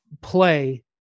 play